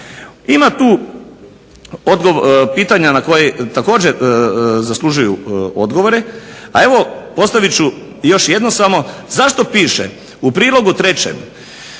Ima tu pitanja na koja također zaslužuju odgovore, a postaviti ću još jedno samo zašto piše u prilogu 3.